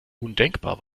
undenkbar